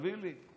תביא לי.